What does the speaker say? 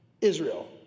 Israel